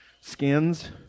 skins